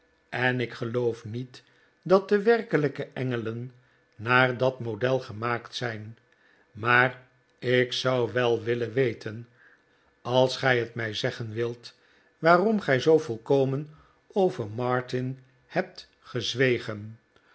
en ik geloof niet dat de werkelijke erigelen naar dat model gemaakt zijn maar ik zou wel willen weten als gij het mij zeggen wilt waarom gij zoo volkomen over martin hebt gezwegen